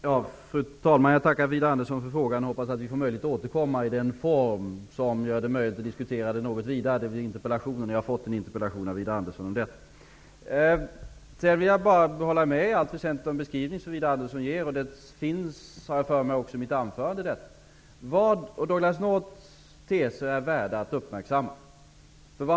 Fru talman! Jag tackar Widar Andersson för frågan och jag hoppas att vi får möjlighet att återkomma i den form som gör det möjligt att diskutera den något vidare -- Widar Andersson har framställt en interpellation till mig om detta. Jag vill i allt väsentligt instämma i den beskrivning som Widar Andersson ger. Den fanns också med i mitt anförande, har jag för mig. Douglas Norths teser är värda att uppmärksamma.